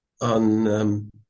on